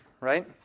right